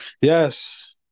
Yes